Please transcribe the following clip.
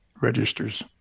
registers